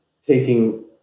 taking